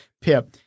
Pip